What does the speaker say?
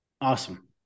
Awesome